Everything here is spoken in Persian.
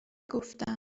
گفتم